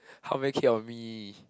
how many kid on me